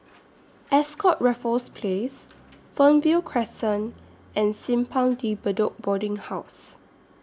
Ascott Raffles Place Fernvale Crescent and Simpang De Bedok Boarding House